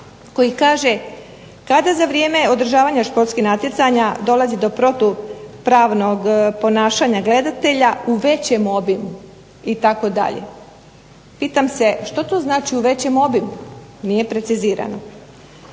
koji kaže "Kada za vrijeme održavanja športskih natjecanja dolazi do protupravnog ponašanja gledatelja u većem obimu itd." Pitam se što to znači u većem obimu? Nije precizirano.